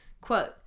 Quote